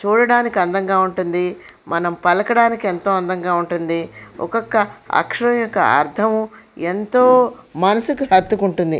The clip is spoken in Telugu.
చూడడానికి అందంగా ఉంటుంది మనం పలకడానికి ఎంతో అందంగా ఉంటుంది ఒకొక్క అక్షరం యొక్క అర్ధం ఎంతో మనసుకి హాత్తుకుంటుంది